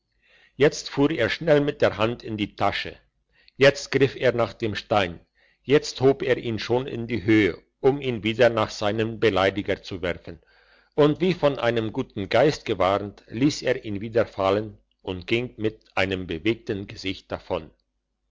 jetzt fuhr er schnell mit der hand in die tasche jetzt griff er nach dem stein jetzt hob er ihn schon in die höhe um ihn wieder nach seinem beleidiger zu werfen und wie von einem guten geist gewarnt liess er ihn wieder fallen und ging mit einem bewegten gesicht davon